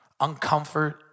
uncomfort